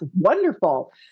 wonderful